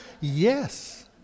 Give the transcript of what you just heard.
Yes